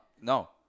no